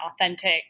authentic